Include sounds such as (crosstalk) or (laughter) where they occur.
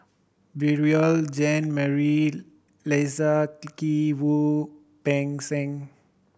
Beurel Jean Marie Leslie (unintelligible) Kee Wu Peng Seng